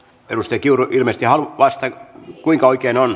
edustaja kiuru ilmeisesti haluaa vastata kuinka oikein on